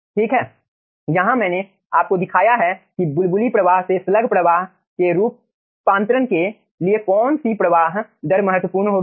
ठीक है यहाँ मैंने आपको दिखाया है कि बुलबुली प्रवाह से स्लग प्रवाह के रूपांतरण के लिए कौन सी प्रवाह दर महत्वपूर्ण होगी